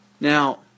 Now